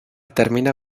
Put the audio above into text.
termina